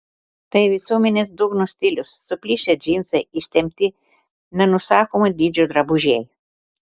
tai visuomenės dugno stilius suplyšę džinsai ištempti nenusakomo dydžio drabužiai